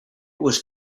was